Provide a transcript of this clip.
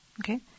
Okay